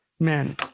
Men